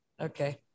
Okay